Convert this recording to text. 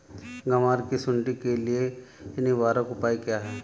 ग्वार की सुंडी के लिए निवारक उपाय क्या है?